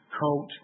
coat